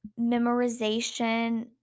memorization